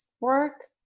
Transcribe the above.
work